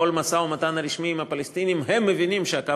בכל משא-ומתן רשמי עם הפלסטינים הם מבינים שהקו